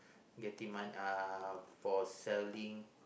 getting many uh for selling